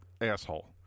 asshole